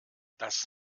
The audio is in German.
das